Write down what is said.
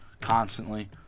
constantly